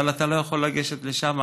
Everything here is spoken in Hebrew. אבל אתה לא יכול לגשת לשם,